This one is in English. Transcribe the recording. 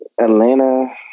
Atlanta